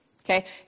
Okay